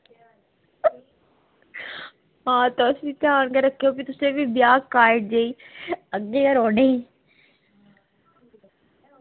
हां तुस बी ध्यान गै रक्खओ फ्ही तुसें बी ब्याह् कारजै गी अग्गै गै रौह्ना ई